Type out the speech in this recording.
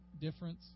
Difference